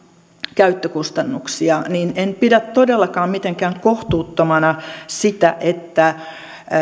käyttökustannuksia niin en pidä todellakaan mitenkään kohtuuttomana sitä että